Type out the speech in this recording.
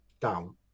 down